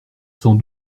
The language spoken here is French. sans